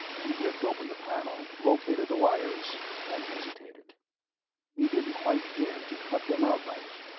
he ripped open the panel, located the wires and hesitated he didn't quite dare to cut them outright.